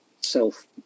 self